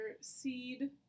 seed